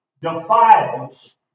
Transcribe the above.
defiles